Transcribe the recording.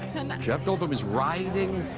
and jeff goldblum is riding.